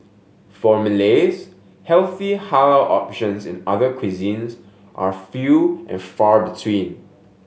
for Malays healthy halal options in other cuisines are few and far between